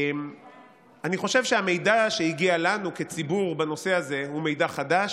אני חושב שהמידע שהגיע אלינו כציבור בנושא הזה הוא מידע חדש,